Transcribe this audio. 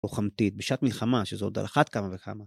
לוחמתית, בשעת מלחמה שזאת על אחת כמה וכמה.